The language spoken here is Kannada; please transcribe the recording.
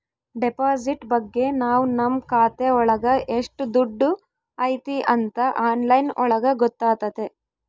ಡೆಪಾಸಿಟ್ ಬಗ್ಗೆ ನಾವ್ ನಮ್ ಖಾತೆ ಒಳಗ ಎಷ್ಟ್ ದುಡ್ಡು ಐತಿ ಅಂತ ಆನ್ಲೈನ್ ಒಳಗ ಗೊತ್ತಾತತೆ